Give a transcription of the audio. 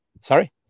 sorry